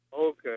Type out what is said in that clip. Okay